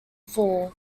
fall